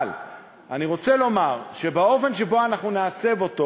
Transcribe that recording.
אבל אני רוצה לומר שבאופן שבו אנחנו נעצב אותו,